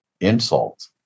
insult